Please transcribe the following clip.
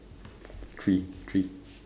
three three